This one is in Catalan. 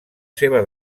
seva